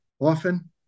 often